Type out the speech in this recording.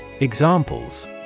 Examples